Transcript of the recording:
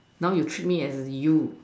now you treat me as you